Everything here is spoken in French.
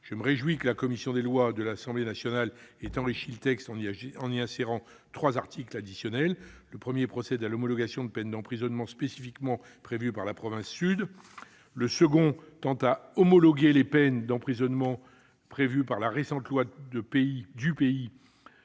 Je me réjouis que la commission des lois de l'Assemblée nationale ait enrichi le texte, en y insérant trois articles additionnels. Le premier procède à l'homologation de peines d'emprisonnement spécifiquement prévues par la province Sud. Le deuxième tend à homologuer les peines d'emprisonnement prévues par la récente loi du pays